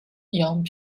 young